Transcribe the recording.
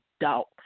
doubt